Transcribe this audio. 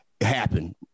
happen